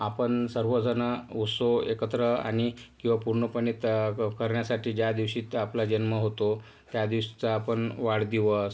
आपण सर्वजण उत्सव एकत्र आणि किंवा पूर्णपणे त करण्यासाठी ज्या दिवशी ते आपला जन्म होतो त्या दिवशीचा आपण वाढदिवस